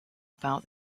about